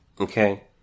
okay